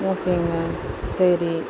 ஓகேங்க சரி